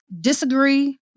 disagree